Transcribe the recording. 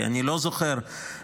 כי אני לא זוכר מתי,